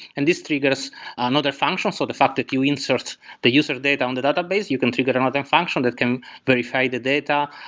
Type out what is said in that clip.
and this triggers another function, so the fact that you insert the user data on the database, you can trigger another function that can verify the data,